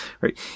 Right